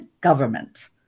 government